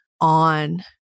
on